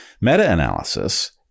meta-analysis